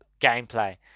gameplay